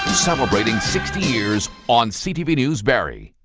celebrating sixty years on ctv news barrie.